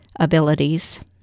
abilities